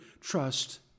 trust